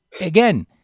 Again